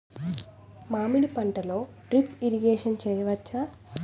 మామిడి పంటలో drip irrigation చేయచ్చా?